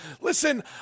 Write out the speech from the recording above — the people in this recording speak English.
Listen